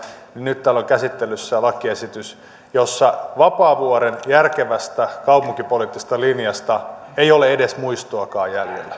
nyt täällä on käsittelyssä lakiesitys jossa vapaavuoren järkevästä kaupunkipoliittisesta linjasta ei ole edes muistoakaan jäljellä